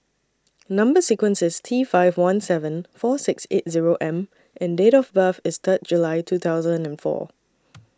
Number sequence IS T five one seven four six eight Zero M and Date of birth IS Third July two thousand and four